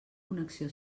connexió